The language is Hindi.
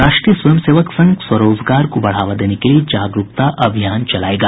राष्ट्रीय स्वयंसेवक संघ स्वरोजगार को बढ़ावा देने के लिये जागरूकता अभियान चलायेगा